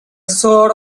sort